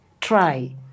Try